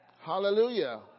Hallelujah